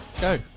go